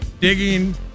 Digging